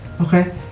okay